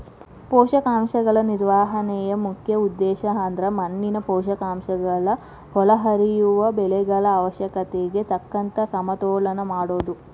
ಪೋಷಕಾಂಶಗಳ ನಿರ್ವಹಣೆಯ ಮುಖ್ಯ ಉದ್ದೇಶಅಂದ್ರ ಮಣ್ಣಿನ ಪೋಷಕಾಂಶಗಳ ಒಳಹರಿವು ಬೆಳೆಗಳ ಅವಶ್ಯಕತೆಗೆ ತಕ್ಕಂಗ ಸಮತೋಲನ ಮಾಡೋದು